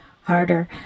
Harder